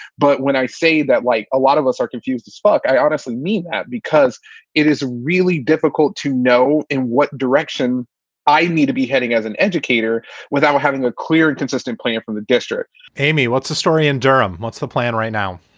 but when i say that, like a lot of us are confused as fuck, i honestly mean that because it is really difficult to know in what direction i need to be heading as an educator without having a clear and consistent player from the district amy, what's the story in durham? what's the plan right now?